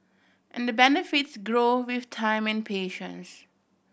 and the benefits grow with time and patience